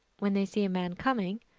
when they see a man coming,